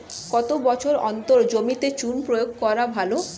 কত বছর অন্তর জমিতে চুন প্রয়োগ করা ভালো?